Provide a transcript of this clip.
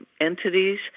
entities